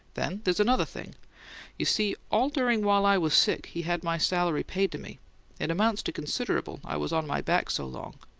then there's another thing you see all during while i was sick he had my salary paid to me it amounts to considerable, i was on my back so long.